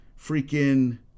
freaking